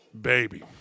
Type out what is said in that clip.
baby